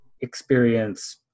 experience